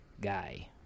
guy